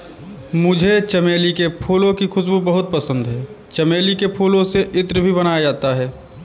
मुझे चमेली के फूलों की खुशबू बहुत पसंद है चमेली के फूलों से इत्र भी बनाया जाता है